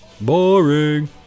Boring